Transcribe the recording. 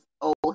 old